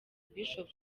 bishop